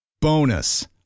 Bonus